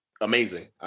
amazing